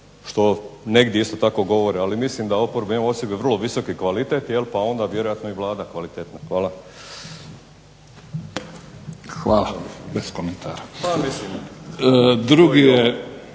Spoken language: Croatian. tako negdje govore. Ali mislim da oporba ima o sebi vrlo visoki kvalitet, pa onda vjerojatno i Vlada je kvalitetna. Hvala. **Mimica, Neven